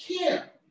care